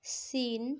চীন